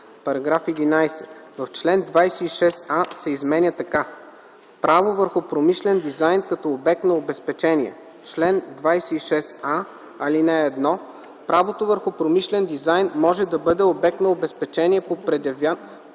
§ 11: „§ 11. Член 26а се изменя така: „Право върху промишлен дизайн като обект на обезпечение Чл. 26а. (1) Правото върху промишлен дизайн може да бъде обект на обезпечение по предявен